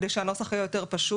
כדי שהנוסח יהיה יותר פשוט.